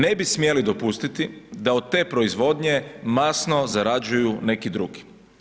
Ne bi smjeli dopustiti da od te proizvodnje masno zarađuju neki drugi.